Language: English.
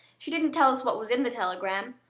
she didn't tell us what was in the telegram.